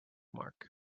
mark